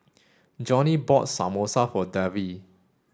Johnny bought Samosa for Davey